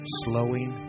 slowing